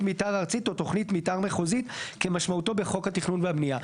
מתאר ארצית או תוכנית מתאר מחוזית כמשמעותו בחוק התכנון והבנייה".